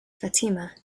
fatima